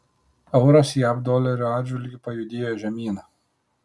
euras jav dolerio atžvilgiu pajudėjo žemyn